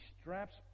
straps